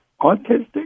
Autistic